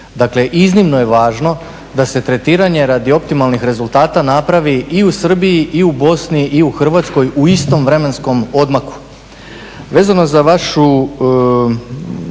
Dakle, iznimno je važno da se tretiranje radi optimalnih rezultata napravi i u Srbiji i u Bosni i u Hrvatskoj u istom vremenskom odmaku. Vezano za vaše